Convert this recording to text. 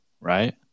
right